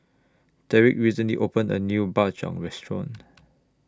Deric recently opened A New Bak Chang Restaurant